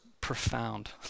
profound